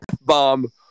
bomb